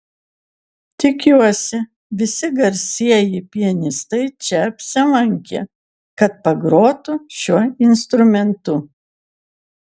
tikiuosi visi garsieji pianistai čia apsilankė kad pagrotų šiuo instrumentu